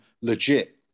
legit